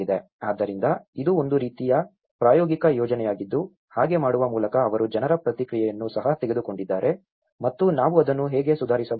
ಆದ್ದರಿಂದ ಇದು ಒಂದು ರೀತಿಯ ಪ್ರಾಯೋಗಿಕ ಯೋಜನೆಯಾಗಿದ್ದು ಹಾಗೆ ಮಾಡುವ ಮೂಲಕ ಅವರು ಜನರ ಪ್ರತಿಕ್ರಿಯೆಯನ್ನು ಸಹ ತೆಗೆದುಕೊಂಡಿದ್ದಾರೆ ಮತ್ತು ನಾವು ಅದನ್ನು ಹೇಗೆ ಸುಧಾರಿಸಬಹುದು